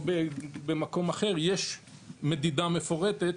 או במקום אחר, יש מדידה מפורטת,